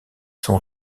sont